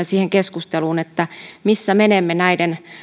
siihen keskusteluun missä menemme näiden